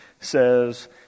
says